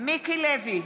מיקי לוי,